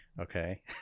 okay